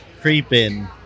creeping